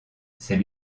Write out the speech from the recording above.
c’est